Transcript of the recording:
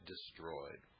destroyed